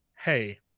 hey